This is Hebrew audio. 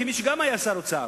כמי שגם היה שר האוצר,